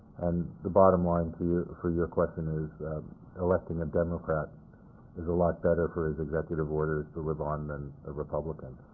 and the bottom line to you for your question is electing a democrat is a lot better for his executive orders to live on than a republican.